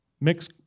mix